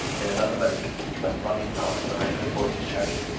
in another moment feet went running past and i heard voices shouting,